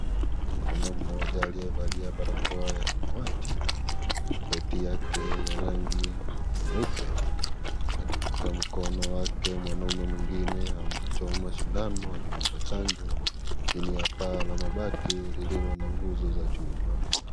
Mwanamme mmoja aliyevalia barakoa ya samawati na koti yake ya rangi nyeupe. Katika mkono wake mwanamme mwingine amchoma sindano akimpa chanjo, chini ya paa la mabati lililo na nguzo za chuma.